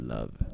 Love